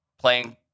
playing